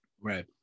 Right